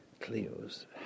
Cleo's